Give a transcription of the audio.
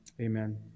Amen